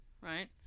Right